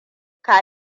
ka